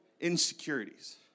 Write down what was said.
insecurities